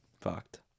fucked